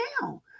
now